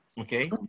Okay